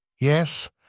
Yes